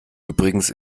übrigens